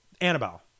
Annabelle